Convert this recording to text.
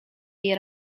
jej